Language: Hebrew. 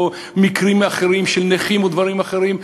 או מקרים אחרים של נכים או דברים אחרים?